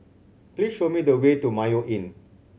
please show me the way to Mayo Inn